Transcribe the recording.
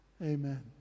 Amen